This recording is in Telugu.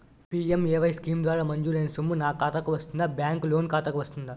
పి.ఎం.ఎ.వై స్కీమ్ ద్వారా మంజూరైన సొమ్ము నా ఖాతా కు వస్తుందాబ్యాంకు లోన్ ఖాతాకు వస్తుందా?